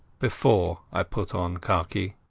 before i put on khaki.